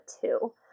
two